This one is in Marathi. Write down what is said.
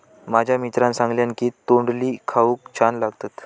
माझ्या मित्रान सांगल्यान की तोंडली खाऊक छान लागतत